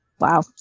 Wow